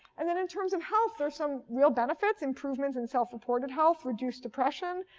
and then in terms of health, there's some real benefits improvements in self-reported health, reduced depression.